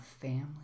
family